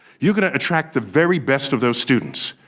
you're going to attract the very best of those students.